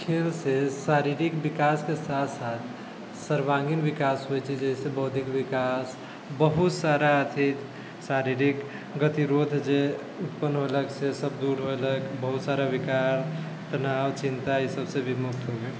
खेलसँ शारीरिक विकासके साथ साथ सर्वांगिण विकास होइ छै जैसे बौद्धिक विकास बहुत सारा अथी शारीरिक गतिरोध जे उत्पन्न होलक से सब दूर होलक बहुत सारा विकार तनाव चिन्ता ई सबसँ भी मुक्त होबै